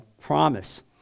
promise